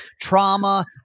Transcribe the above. trauma